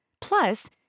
plus